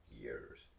years